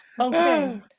Okay